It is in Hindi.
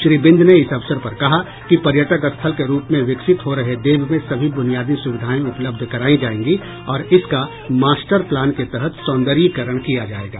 श्री बिंद ने इस अवसर पर कहा कि पर्यटक स्थल के रूप में विकसित हो रहे देव में सभी बुनियादी सुविधाएं उपलब्ध कराई जाएंगी और इसका मास्टर प्लान के तहत सौंदर्यीकरण किया जाएगा